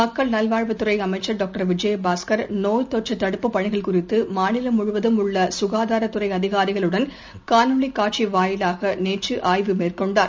மக்கள் நல்வாழ்வுத்துறைஅமச்சர் டாக்டர் விஜயபாஸ்கர் நோய் தொற்றுதடுப்புப் பணிகள் குறித்துமாநிலம் முழுவதும் உள்ளசுகாதாரத்துறைஅதிகாரிகளுடன் காணொலிகாட்சிவாயிலாகநேற்றுஆய்வு மேற்கொண்டார்